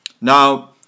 now